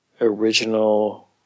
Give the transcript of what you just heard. original